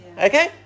Okay